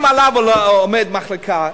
אם עליו עומדת מחלקה,